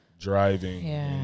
driving